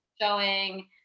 showing